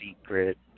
Secret